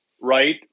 right